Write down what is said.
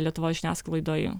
lietuvos žiniasklaidoj